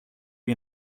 για